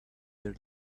their